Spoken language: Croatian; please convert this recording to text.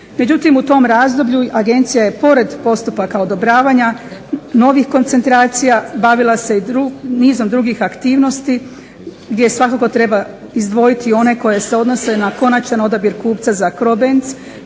Međutim u tom razdoblju agencija je pored postupaka odobravanja novih koncentracija bavila se i nizom drugih aktivnosti gdje svakako treba izdvojiti one koje se odnose na konačan odabir kupca za Crobenz